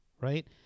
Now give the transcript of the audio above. right